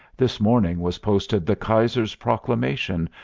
this morning was posted the kaiser's proclamation,